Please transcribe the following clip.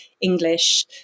english